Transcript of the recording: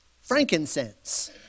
Frankincense